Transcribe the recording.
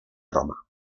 roma